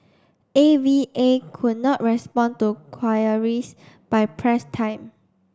A V A could not respond to queries by press time